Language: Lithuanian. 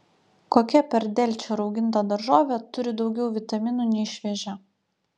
kokia per delčią rauginta daržovė turi daugiau vitaminų nei šviežia